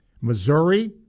Missouri